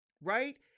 right